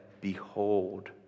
behold